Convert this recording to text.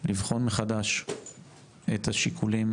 לבחון מחדש את השיקולים,